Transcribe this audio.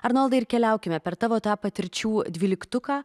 arnoldai ir keliaukime per tavo tą patirčių dvyliktuką